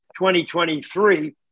2023